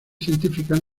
científicas